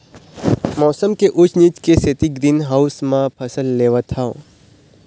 मउसम के ऊँच नीच के सेती ग्रीन हाउस म फसल लेवत हँव